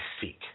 seek